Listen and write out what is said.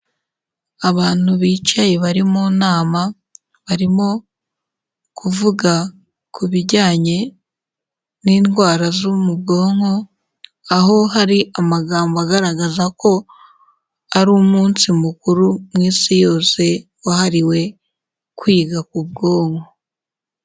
Abantu bicaye bari mu nama, barimo kuvuga ku bijyanye n'indwara zo mu bwonko ,aho hari amagambo agaragaza ko ari umunsi mukuru mu isi yose, wahariwe kwiga ku bwonko.